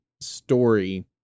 story